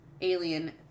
alien